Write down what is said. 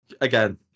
again